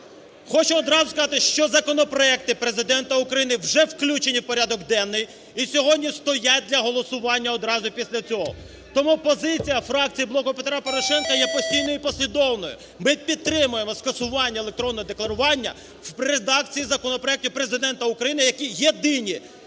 хочу одразу сказати, що законопроекти Президента України вже включені в порядок денний і сьогодні стоять для голосування одразу після цього. Тому позиція фракції "Блоку Петра Порошенка" є постійною й послідовною. Ми підтримуємо скасування електронного декларування в редакції законопроектів Президента України, які єдині